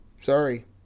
sorry